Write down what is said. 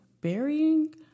burying